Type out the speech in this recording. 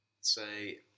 Say